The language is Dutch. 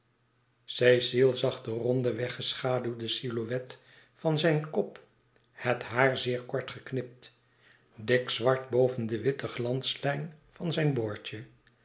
cecile zag de ronde weggeschaduwde silhouet van zijn kop het haar zeer kort geknipt dik zwart boven de witte glanslijn van zijn boordje